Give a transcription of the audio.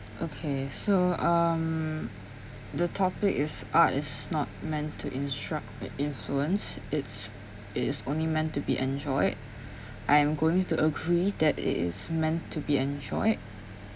okay so um the topic is art is not meant to instruct but influence it's it is only meant to be enjoyed I am going to agree that it is meant to be enjoyed